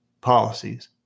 policies